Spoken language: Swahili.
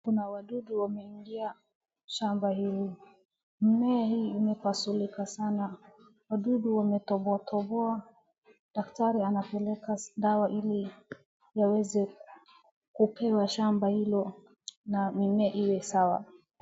Kuna wadudu wameingia shamba hili. Mmea hii imepasulika sana. Wadudu wametoboa toboa. Daktari anapeleka dawa ili iweze kupewa shamba hilo na mimea iwe sawa.